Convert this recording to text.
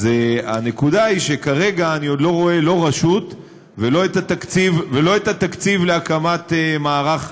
הנקודה היא שכרגע אני עוד לא רואה לא רשות ולא את התקציב להקמת מערך,